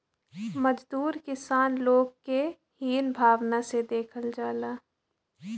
मजदूर किसान लोग के हीन भावना से देखल जाला